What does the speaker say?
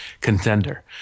contender